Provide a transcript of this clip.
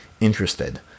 interested